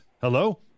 hello